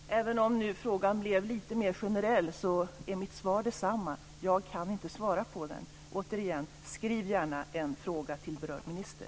Fru talman! Även om nu frågan blev lite mer generell är mitt svar detsamma: Jag kan inte svara på frågan. Återigen: Skriv gärna en fråga till berörd minister.